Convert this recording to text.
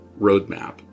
roadmap